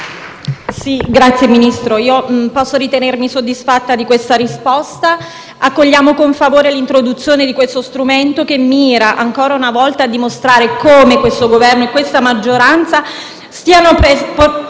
Signor Ministro, io posso ritenermi soddisfatta della sua risposta. Accogliamo con favore l'introduzione di questo strumento che mira, ancora una volta, a dimostrare come questo Governo e questa maggioranza stiano proseguendo